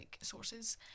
sources